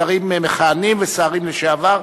שרים מכהנים ושרים לשעבר,